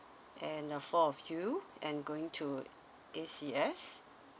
and uh four of you and going to A_C_S